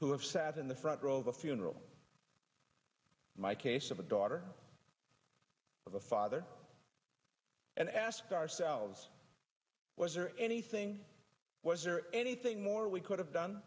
who have sat in the front row of a funeral my case of a daughter of a father and ask ourselves was there anything was there anything more we could have done